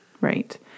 Right